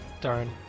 Darn